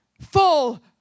Full